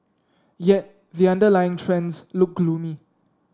yet the underlying trends look gloomy